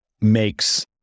makes